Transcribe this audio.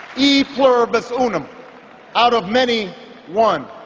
e pluribus unum out of many one.